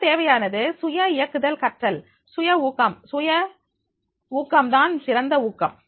இந்த தேவையானது சுய இயக்குதல் கற்றல் சுய ஊக்கம் சுய ஊக்கம் தான் சிறந்த ஊக்கம்